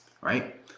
right